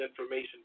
information